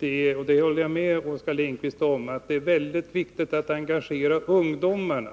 Jag håller med Oskar Lindkvist om att det är väldigt viktigt att man engagerar ungdomarna